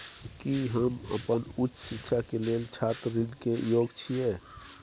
की हम अपन उच्च शिक्षा के लेल छात्र ऋण के योग्य छियै?